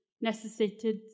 necessitated